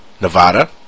Nevada